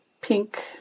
pink